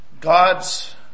God's